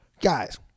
Guys